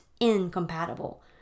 incompatible